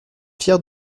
fiers